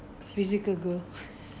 physical girl